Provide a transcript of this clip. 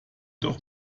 doch